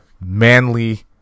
manly